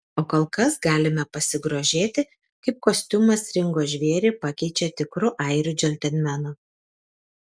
o kol kas galime pasigrožėti kaip kostiumas ringo žvėrį pakeičia tikru airių džentelmenu